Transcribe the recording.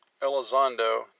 Elizondo